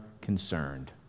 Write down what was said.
concerned